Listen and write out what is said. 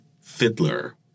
fiddler